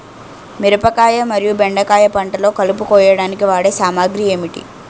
మిరపకాయ మరియు బెండకాయ పంటలో కలుపు కోయడానికి వాడే సామాగ్రి ఏమిటి?